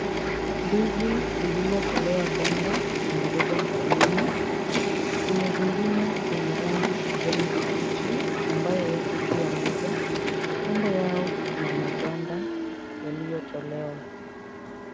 Ndizi lililotolewa ganda yamebebwa mkononi. Kun zingine zenye rangi kijani kibichi ambayo yako juu ya meza. Kando yao kuna maganda yaliyotolewa.